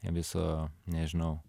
viso nežinau